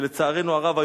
שלצערנו הרב,